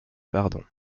pardon